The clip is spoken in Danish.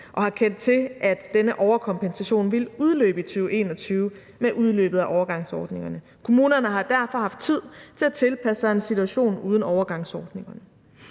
og har kendt til, at denne overkompensation ville udløbe i 2021 med udløbet af overgangsordningerne. Kommunerne har derfor haft tid til at tilpasse sig en situation uden overgangsordninger.